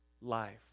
life